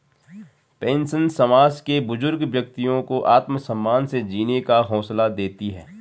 pension समाज के बुजुर्ग व्यक्तियों को आत्मसम्मान से जीने का हौसला देती है